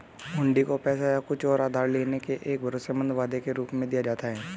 हुंडी को पैसे या कुछ और उधार लेने के एक भरोसेमंद वादे के रूप में दिया जाता है